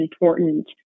important